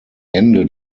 ende